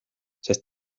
sest